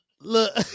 Look